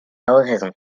oraison